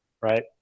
right